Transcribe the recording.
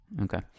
Okay